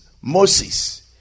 moses